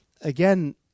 again